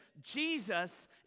Jesus